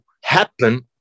happen